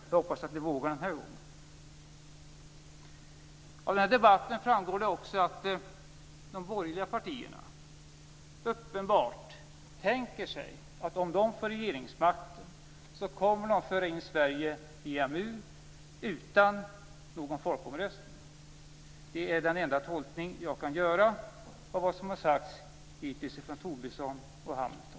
Det hoppas jag att ni vågar den här gången. Av den här debatten framgår också att de borgerliga partierna uppenbarligen tänker sig att om de får regeringsmakten kommer de att föra in Sverige i EMU utan någon folkomröstning. Det är den enda tolkning som jag kan göra av vad som har sagts hittills av Tobisson och Hamilton.